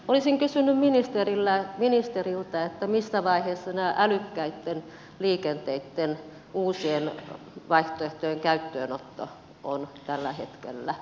olisin kysynyt ministeriltä missä vaiheessa älykkäitten liikenteitten uusien vaihtoehtojen käyttöönotto on tällä hetkellä